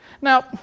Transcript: Now